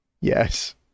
Yes